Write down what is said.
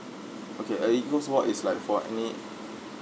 okay a eagles award is like for any